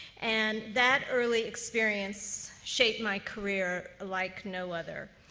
and that early experience shaped my career like no other.